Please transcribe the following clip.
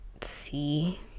see